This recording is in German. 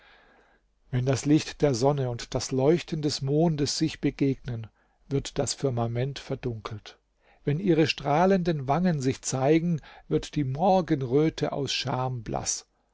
wenn das licht der sonne und das leuchten des mondes sich begegnen wird das firmament verdunkelt wenn ihre strahlenden wangen sich zeigen wird die morgenröte aus scham blaß